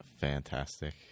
Fantastic